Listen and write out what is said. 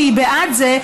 שהיא בעד זה,